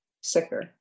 sicker